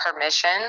permission